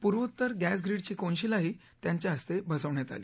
पूर्वोत्तर गॅस ग्रीडची कोनशिलाही त्यांच्या हस्ते बसवण्यात आली